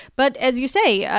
but as you say,